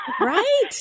Right